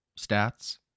stats